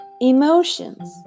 emotions